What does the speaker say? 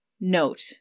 note